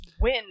win